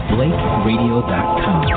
BlakeRadio.com